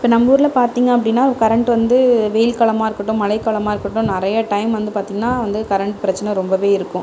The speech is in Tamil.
இப்போ நம்ம ஊரில் பார்த்தீங்க அப்படின்னா கரெண்ட் வந்து வெயில் காலமாக இருக்கட்டும் மழை காலமாக இருக்கட்டும் நிறையா டைம் வந்து பார்த்தீங்கன்னா வந்து கரெண்ட் பிரச்சனை ரொம்ப இருக்கும்